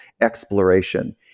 exploration